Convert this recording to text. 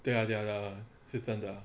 对啊对啊是真的